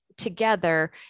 together